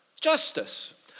Justice